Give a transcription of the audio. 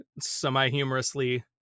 Semi-humorously